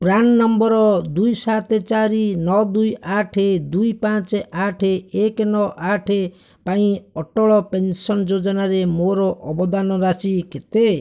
PRAN number ଦୁଇ ସାତ ଚାରି ନଅ ଦୁଇ ଆଠ ଦୁଇ ପାଞ୍ଚ ଆଠ ଏକ ନଅ ଆଠ ପାଇଁ ଅଟଳ ପେନସନ୍ ଯୋଜନାରେ ମୋର ଅବଦାନ ରାଶି କେତେ